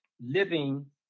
living